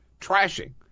trashing